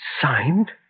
signed